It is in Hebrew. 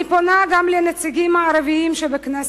אני פונה גם לנציגים הערבים שבכנסת: